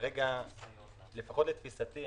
לפחות לתפיסתי,